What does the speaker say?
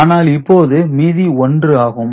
ஆனால் இப்போது மீதி 1 ஆகும்